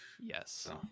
yes